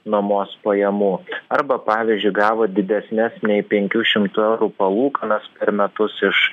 nuomos pajamų arba pavyzdžiui gavo didesnes nei penkių šimtų eurų palūkanas per metus iš